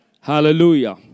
Hallelujah